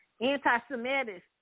anti-Semitic